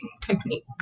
technique